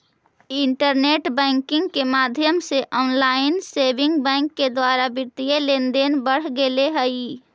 internet banking के माध्यम से ऑनलाइन सेविंग बैंक के द्वारा वित्तीय लेनदेन बढ़ गेले हइ